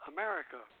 America